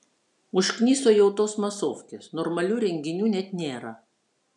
užkniso jau tos masofkės normalių renginių net nėra